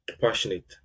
passionate